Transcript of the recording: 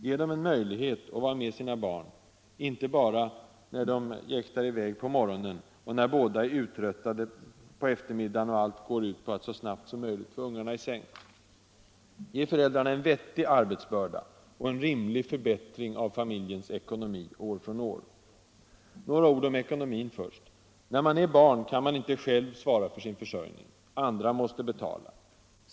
Ge dem möjlighet att vara med sina barn —- inte bara när föräldrarna jäktar i väg på morgonen och när båda är uttröttade på eftermiddagen och allt går ut på att så snabbt som möjligt få ungarna i säng. Ge föräldrarna en vettig arbetsbörda och en rimlig förbättring av familjens ekonomi år från år. Några ord om ekonomin först. När man är barn kan man inte själv svara för sin försörjning. Andra måste betala.